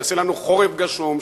שיעשה לנו חורף גשום,